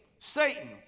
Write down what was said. Satan